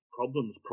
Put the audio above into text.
problems